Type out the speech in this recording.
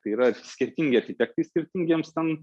tai yra skirtingi architektai skirtingiems tam